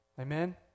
Amen